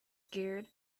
scared